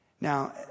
Now